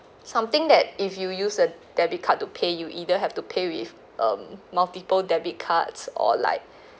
something that if you use a debit card to pay you either have to pay with um multiple debit cards or like